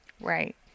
Right